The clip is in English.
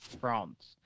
France